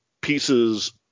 pieces